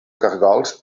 caragols